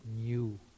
new